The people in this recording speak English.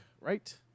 right